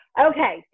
Okay